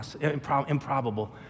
improbable